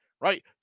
right